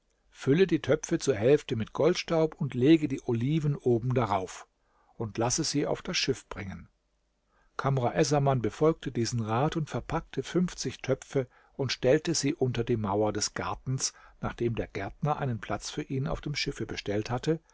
fülle die töpfe zur hälfte mit goldstaub und lege die oliven oben darauf und lasse sie auf das schiff bringen kamr essaman befolgte diesen rat und verpackte fünfzig töpfe und stellte sie unter die mauer des gartens nachdem der gärtner einen platz für ihn auf dem schiffe bestellt hatte